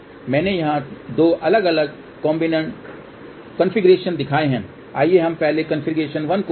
मैंने यहां 2 अलग अलग कॉन्फ़िगरेशन दिखाए हैं आइए हम पहले कॉन्फ़िगरेशन 1 को देखें